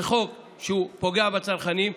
זה חוק שפוגע בצרכנים,